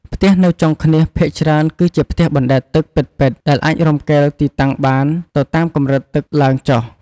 ផ្ទះនៅ ចុងឃ្នាស ភាគច្រើនគឺជាផ្ទះអណ្ដែតទឹកពិតៗ ដែលអាចរំកិលទីតាំងបានទៅតាមកម្រិតទឹកឡើងចុះ។